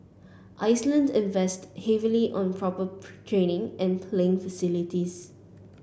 Iceland invested heavily on proper training and playing facilities